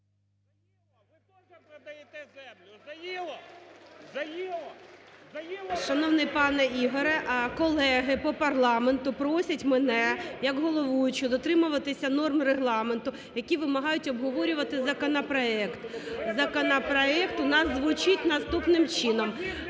до обговорення. Дякую. (Шум у залі) Шановний пане Ігоре! Колеги по парламенту просять мене як головуючого дотримуватися норми Регламенту, який вимагають обговорювати законопроект. Законопроект у нас звучить наступним чином…